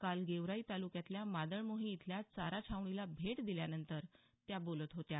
काल गेवराई तालुक्यातल्या मादळमोही इथल्या चारा छावणीला भेट दिल्यानंतर त्या बोलत होत्या